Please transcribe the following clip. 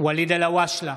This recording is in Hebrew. ואליד אלהואשלה,